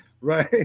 right